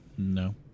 No